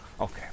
okay